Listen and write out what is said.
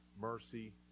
mercy